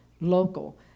local